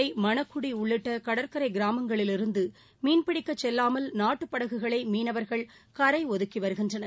புயல் மணக்குடிஉள்ளிட்டகடற்கரைகிராமங்களிலிருந்துமீன்பிடிக்கச் நாட்டுப்படகுகளைமீனவர்கள் கரைஒதுக்கிவருகின்றனர்